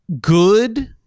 good